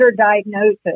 diagnosis